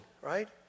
Right